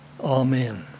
Amen